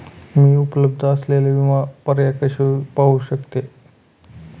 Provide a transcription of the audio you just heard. मी उपलब्ध असलेले विमा पर्याय कसे पाहू शकते?